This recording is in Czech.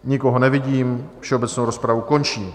Nikoho nevidím, všeobecnou rozpravu končím.